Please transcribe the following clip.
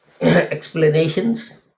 explanations